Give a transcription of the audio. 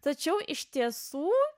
tačiau iš tiesų